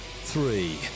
three